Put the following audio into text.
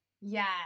Yes